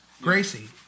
Gracie